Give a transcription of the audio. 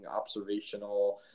observational